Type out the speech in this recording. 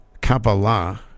Kabbalah